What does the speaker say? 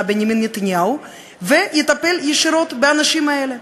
בנימין נתניהו ויטפל ישירות באנשים האלה.